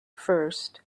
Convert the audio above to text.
first